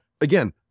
Again